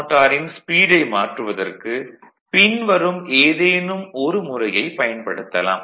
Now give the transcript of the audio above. மோட்டாரின் ஸ்பீடை மாற்றுவதற்கு பின்வரும் ஏதேனும் ஒரு முறையைப் பயன்படுத்தலாம்